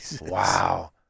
Wow